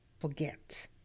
forget